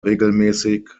regelmäßig